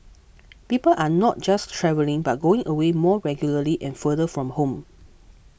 people are not just travelling but going away more regularly and farther from home